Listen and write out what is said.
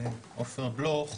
עופר בלוך.